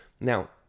Now